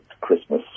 Christmas